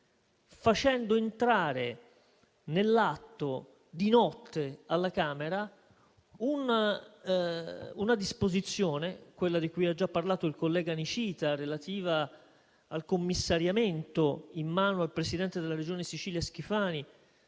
facendo entrare nell'atto, di notte, alla Camera una disposizione - quella di cui ha già parlato il collega Nicita - relativa al commissariamento in mano al presidente della Regione Sicilia Schifani